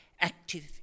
active